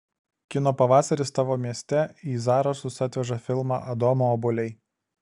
kino pavasaris tavo mieste į zarasus atveža filmą adomo obuoliai